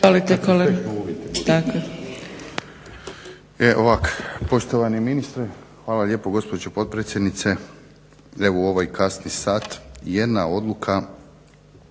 Hvala